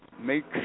make